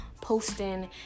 posting